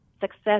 success